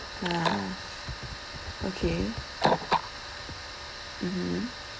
ah okay mmhmm